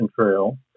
Trail